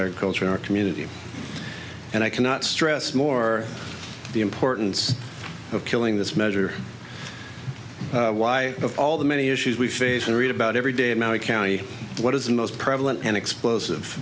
agriculture in our community and i cannot stress more the importance of killing this measure why of all the many issues we face and read about every day my county what is the most prevalent and explosive